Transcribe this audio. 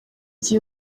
gihe